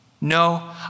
No